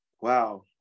wow